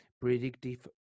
predictive